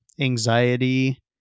anxiety